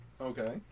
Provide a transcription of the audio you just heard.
Okay